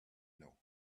know